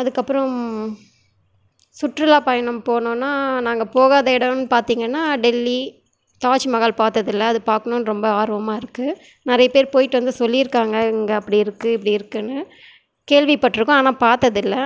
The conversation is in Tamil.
அதுக்கப்புறம் சுற்றுலா பயணம் போனோனால் நாங்கள் போகாத இடம்னு பார்த்திங்கனா டெல்லி தாஜ் மகால் பார்த்ததில்ல அது பார்க்கணுன் ரொம்ப ஆர்வமாக இருக்குது நிறைய பேர் போயிட்டு வந்து சொல்லியிருக்காங்க இங்கே அப்படி இருக்குது இப்படி இருக்குனு கேள்விப்பட்டிருக்கோம் ஆனால் பார்த்ததில்ல